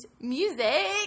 music